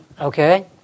okay